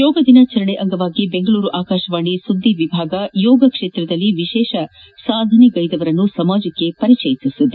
ಯೋಗ ದಿನಾಚರಣೆ ಅಂಗವಾಗಿ ಬೆಂಗಳೂರು ಆಕಾಶವಾಣಿ ಸುದ್ದಿ ಎಭಾಗ ಯೋಗ ಕ್ಷೇತ್ರದಲ್ಲಿ ಎಶೇಷ ಸಾಧನೆಗೈದವರನ್ನು ಸಮಾಜಕ್ಕೆ ಪರಿಚಯಿಸುತ್ತಿದೆ